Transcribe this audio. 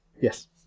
Yes